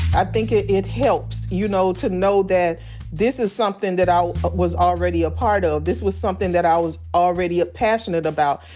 i think it it helps, you know, to know that this is something that i was already a part of. this was something that i was already passionate about.